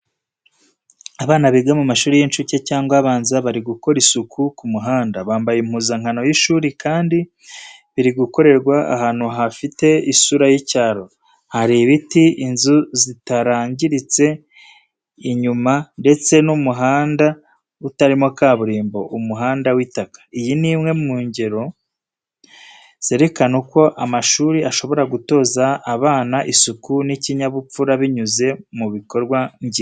Abana biga mu mashuri y'incuke cyangwa abanza bari gukora isuku ku muhanda. Bambaye impuzankano y'ishuri kandi biri gukorerwa ahantu hafite isura y’icyaro. Hari ibiti, inzu zitarangiritse inyuma ndetse n’umuhanda utarimo kaburimbo, umuhanda w’itaka. Iyi ni imwe mu ngero zerekana uko amashuri ashobora gutoza abana isuku n’ikinyabupfura binyuze mu bikorwa ngiro.